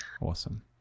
Awesome